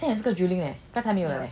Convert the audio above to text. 现在有这个 drilling eh 刚才没有的 leh